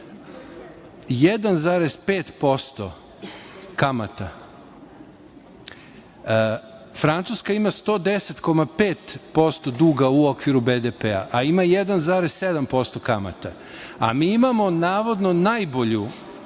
1,5% kamata. Francuska ima 110,5% duga u okviru BDP-a, a ima 1,7% kamata, a mi imamo navodno najbolji